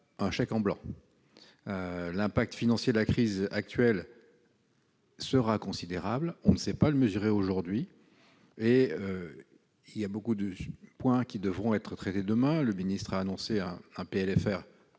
un chèque en blanc : l'impact financier de la crise actuelle sera considérable, on ne sait pas le mesurer aujourd'hui et de nombreux points devront être traités demain. Le ministre de l'action et